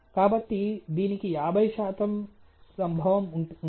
కాబట్టి దీనికి 50 శాతం సంభవం ఉంది